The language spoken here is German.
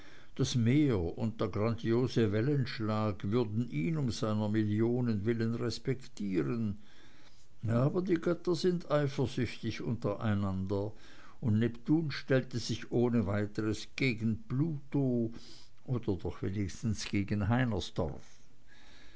das meer und der grandiose wellenschlag würden ihn um seiner million willen respektieren aber die götter sind eifersüchtig untereinander und neptun stellte sich ohne weiteres gegen pluto oder doch wenigstens gegen heinersdorf